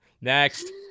Next